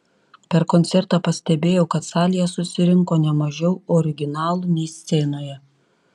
per koncertą pastebėjau kad salėje susirinko ne mažiau originalų nei scenoje